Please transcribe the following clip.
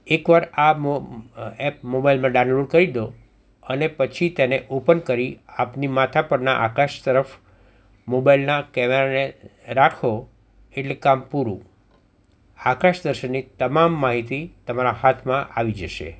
એકવાર આ એપ મોબાઇલમાં ડાઉનલોડ કરી દો અને પછી તેને ઓપન કરી આપની માથા પરના આકાશ તરફ મોબાઇલના કેમેરાને રાખો એટલે કામ પૂરું આકાશ દર્શનની તમામ માહિતી તમારા હાથમાં આવી જશે